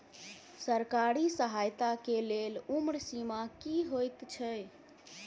सरकारी सहायता केँ लेल उम्र सीमा की हएत छई?